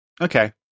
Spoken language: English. Okay